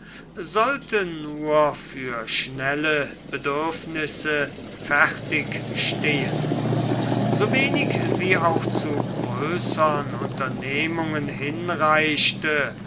sollte nur für schnelle bedürfnisse fertig stehen so wenig sie auch zu größern unternehmungen hinreichte